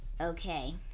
Okay